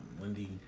Wendy